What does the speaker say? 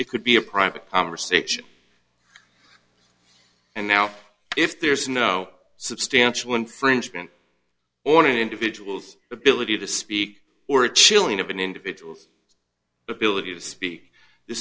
it could be a private conversation and now if there is no substantial infringement on an individual's ability to speak or a chilling of an individual's ability to speak the